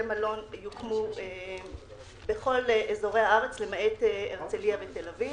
מלון יוקמו בכל אזורי הארץ למעט הרצליה ותל-אביב.